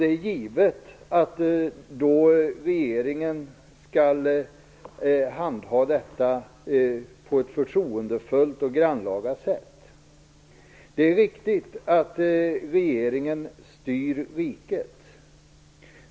Det är givet att regeringen då skall handha det på ett förtroendefullt och grannlaga sätt. Det är riktigt att regeringen styr riket.